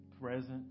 present